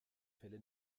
fälle